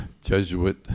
Jesuit